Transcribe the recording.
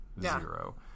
zero